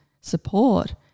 support